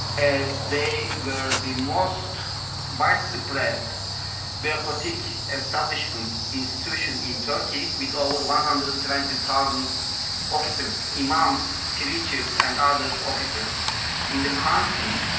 as they were the most widespread bureaucratic establishment, institution in turkey with over one hundred and twenty thousand officers, imams, preachers, and other officers in the country,